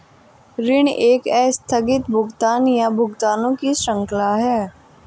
ऋण एक आस्थगित भुगतान, या भुगतानों की श्रृंखला है